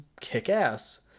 kick-ass